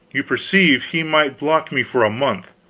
you perceive, he might block me for a month.